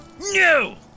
No